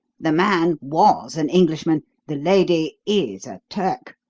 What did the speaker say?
the man was an englishman the lady is a turk.